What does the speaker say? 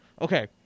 okay